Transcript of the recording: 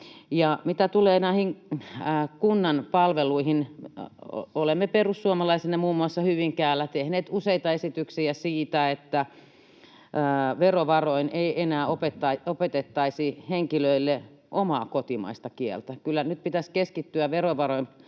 Mitä tulee näihin kunnan palveluihin, olemme perussuomalaisina muun muassa Hyvinkäällä tehneet useita esityksiä siitä, että verovaroin ei enää opetettaisi henkilöille heidän omaa kotimaista kieltään. Kyllä nyt pitäisi keskittyä verovaroin